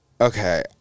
okay